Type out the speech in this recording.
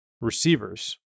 receivers